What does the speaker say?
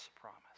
promise